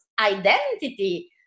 identity